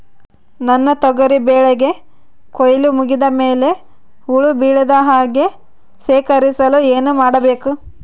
ನನ್ನ ತೊಗರಿ ಬೆಳೆಗೆ ಕೊಯ್ಲು ಮುಗಿದ ಮೇಲೆ ಹುಳು ಬೇಳದ ಹಾಗೆ ಶೇಖರಿಸಲು ಏನು ಮಾಡಬೇಕು?